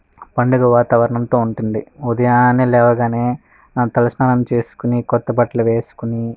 పండుగ వాతావరణంతో ఉంటుంది ఉదయాన లేవగానే తల స్నానం చేసుకుని కొత్త బట్టలు వేసుకొని